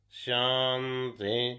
shanti